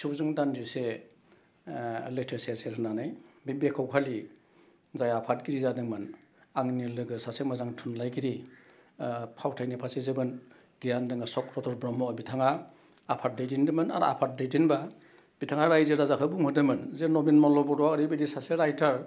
फिसौजों दान्दिसे लैथो सेर सेर होन्नानै बे बिखौ खालि जाय आफादगिरि जादोंमोन आंनि लोगो सासे मोजां थुनलाइगिरि फावथाइनि फारसे जोबोद गियान दङ सख्रधर ब्रह्म बिथाङा आफाद दैदेनदोंमोन आर आफाद दैदेनबा बिथाङा रायजो राजाखौ बुंहरदोंमोन जे नबिन मल्ल' बर'आ ओरैबायदि सासे रायथार